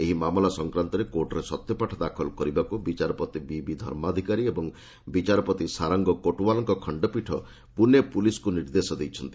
ଏହି ମାମଲା ସଂକ୍ରାନ୍ତରେ କୋର୍ଟରେ ସତ୍ୟପାଠ ଦାଖଲ କରିବାକୁ ବିଚାରପତି ବିପି ଧର୍ମାଧିକାର ଏବଂ ସାରଙ୍ଗ କୋଟୱାଲଙ୍କ ଖଣ୍ଡପୀଠ ପୁନେ ପୁଲିସକୁ ନିର୍ଦ୍ଦେଶ ଦେଇଛନ୍ତି